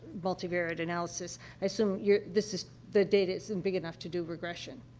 multivariate analysis i assume you're this is the data isn't big enough to do regression.